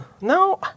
no